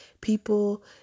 people